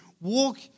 walk